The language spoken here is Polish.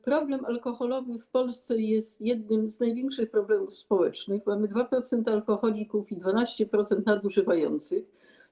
Problem alkoholowy w Polsce jest jednym z największych problemów społecznych - mamy 2% alkoholików i 12% nadużywających alkoholu.